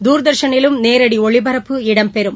தூர்தர்ஷனிலும் நேரடி ஒளிபரப்பு இடம்பெறும்